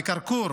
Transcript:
כרכור